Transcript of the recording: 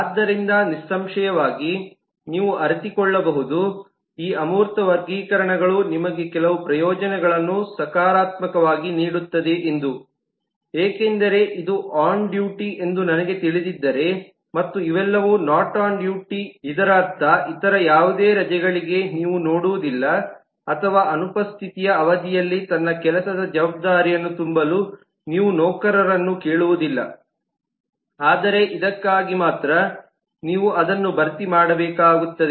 ಆದ್ದರಿಂದ ನಿಸ್ಸಂಶಯವಾಗಿ ನೀವು ಅರಿತುಕೊಳ್ಳಬಹುದು ಈ ಅಮೂರ್ತ ವರ್ಗೀಕರಣಗಳು ನಿಮಗೆ ಕೆಲವು ಪ್ರಯೋಜನಗಳನ್ನು ಸಕಾರಾತ್ಮಕವಾಗಿ ನೀಡುತ್ತದೆ ಎಂದು ಏಕೆಂದರೆ ಇದು ಆನ್ ಡ್ಯೂಟಿ ಎಂದು ನನಗೆ ತಿಳಿದಿದ್ದರೆ ಮತ್ತು ಇವೆಲ್ಲವೂ ನಾಟ್ ಆನ್ ಡ್ಯೂಟಿ ಇದರರ್ಥ ಇತರ ಯಾವುದೇ ರಜೆಗಳಿಗೆ ನೀವು ನೋಡುವುದಿಲ್ಲ ಅಥವಾ ಅನುಪಸ್ಥಿತಿಯ ಅವಧಿಯಲ್ಲಿ ತನ್ನ ಕೆಲಸದ ಜವಾಬ್ದಾರಿಯನ್ನು ತುಂಬಲು ನೀವು ನೌಕರನನ್ನು ಕೇಳುವುದಿಲ್ಲ ಆದರೆ ಇದಕ್ಕಾಗಿ ಮಾತ್ರ ನೀವು ಅದನ್ನು ಭರ್ತಿ ಮಾಡಬೇಕಾಗುತ್ತದೆ